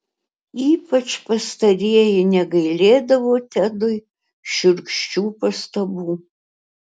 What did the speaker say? ypač pastarieji negailėdavo tedui šiurkščių pastabų